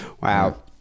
Wow